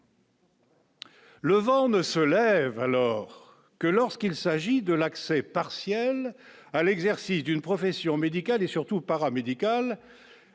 Le vent ne se lève alors que lorsqu'il s'agit de l'accès partiel à l'exercice d'une profession médicale et surtout paramédical